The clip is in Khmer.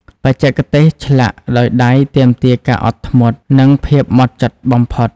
បច្ចេកទេសឆ្លាក់ដោយដៃទាមទារការអត់ធ្មត់ និងភាពហ្មត់ចត់បំផុត។